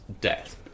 death